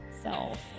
self